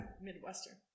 Midwestern